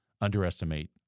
underestimate